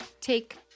Take